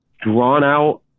drawn-out